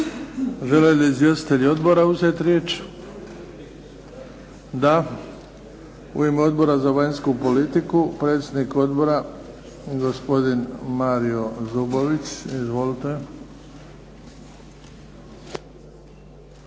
Žele li izvjestitelji odbora uzeti riječ? Da. U ime Odbora za vanjsku politiku, predsjednik odbora gospodin Mario Zubović. Izvolite.